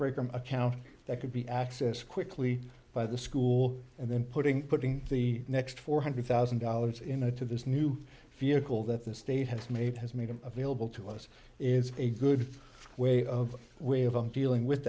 breaker account that could be accessed quickly by the school and then putting putting the next four hundred thousand dollars in a to this new vehicle that the state has made has made a real bill to us is a good way of way of on dealing with